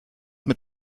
mit